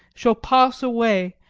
shall pass away,